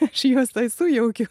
aš juos tai sujaukiu